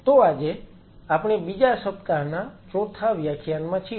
તો આજે આપણે બીજા સપ્તાહના ચોથા વ્યાખ્યાનમાં છીએ